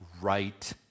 right